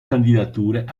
candidature